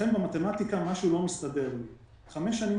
חמש שנים